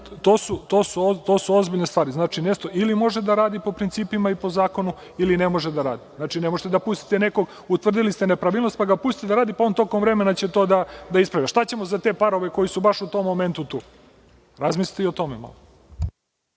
to su ozbiljne stvari. Znači, nešto ili može da radi po principima i po zakonu, ili ne može da radi. Ne možete da pustite nekog, utvrdili ste nepravilnost, pa ga pustite da radi, pa će on tokom vremena to da ispravlja. Šta ćemo za te parove koji su baš u tom momentu tu? Razmislite i o tome malo.